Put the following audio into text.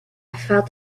felt